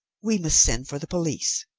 we must send for the police.